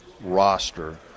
roster